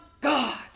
God